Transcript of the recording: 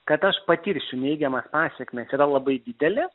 kad aš patirsiu neigiamas pasekmes yra labai didelė